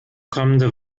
kommende